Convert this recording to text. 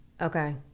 Okay